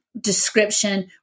description